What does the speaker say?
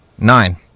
nine